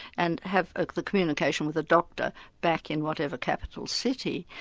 and have ah the communication with a doctor back in whatever capital city.